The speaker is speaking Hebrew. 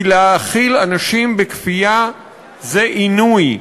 כי להאכיל אנשים בכפייה זה עינוי.